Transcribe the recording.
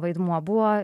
vaidmuo buvo